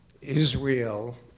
israel